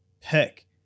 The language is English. pick